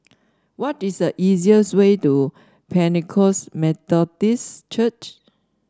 what is the easiest way to Pentecost Methodist Church